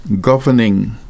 governing